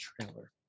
trailer